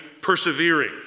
persevering